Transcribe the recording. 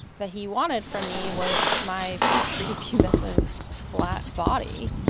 that he wanted from me was my prepubescent, flat body.